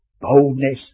boldness